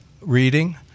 reading